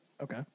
Okay